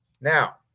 Now